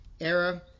era